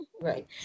right